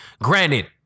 granted